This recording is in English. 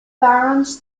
barons